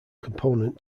component